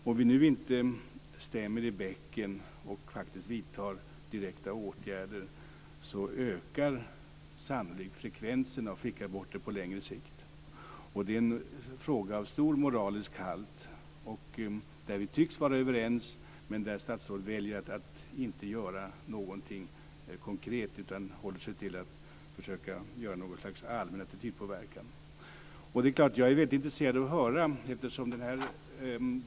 Om vi nu inte stämmer i bäcken och faktiskt vidtar direkta åtgärder så ökar sannolikt frekvensen av flickaborter på längre sikt. Det är en fråga av stor moralisk halt där vi tycks vara överens men där statsrådet väljer att inte göra något konkret utan håller sig till att försöka med något slags allmän attitydpåverkan. Det är klart att jag är väldigt intresserad av att höra om detta.